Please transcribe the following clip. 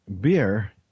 beer